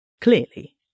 Clearly